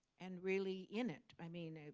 and really in it. i mean,